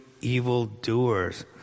evildoers